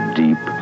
deep